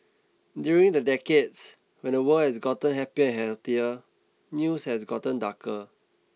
during the decades when the world has gotten happier healthier news has gotten darker